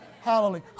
Hallelujah